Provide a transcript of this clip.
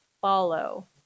follow